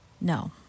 No